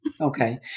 Okay